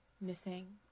missing